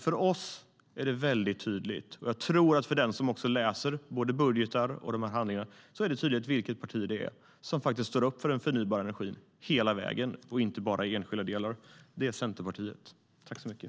För oss - och jag tror även för den som läser såväl budgetar som de här handlingarna - är det tydligt vilket parti som står upp för den förnybara energin hela vägen och inte bara enskilda delar. Det är Centerpartiet.